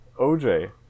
OJ